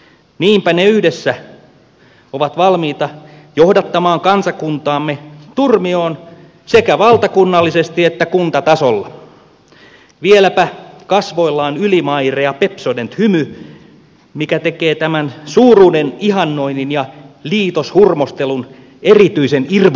niinpä ne yhdessä ovat valmiita johdattamaan kansakuntaamme turmioon sekä valtakunnallisesti että kuntatasolla vieläpä kasvoillaan ylimairea pepsodent hymy mikä tekee tämän suuruuden ihannoinnin ja liitoshurmostelun erityisen irvokkaaksi